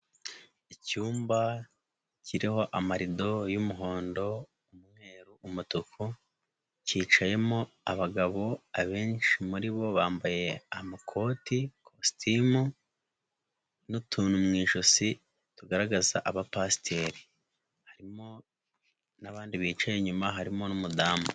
Icyumba kiriho amarido y'umuhondo, umweru, umutuku, kicayemo abagabo, abenshi muri bo bambaye amakoti kositimu n'utuntu mu ijosi tugaragaza abapasiteri, harimo n'abandi bicaye inyuma harimo n'umudamu.